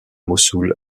mossoul